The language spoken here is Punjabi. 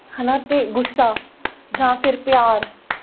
ਹੈ ਨਾ ਅਤੇ ਗੁੱਸਾ ਜਾਂ ਫਿਰ ਪਿਆਰ